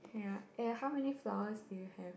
ya eh how many flowers do you have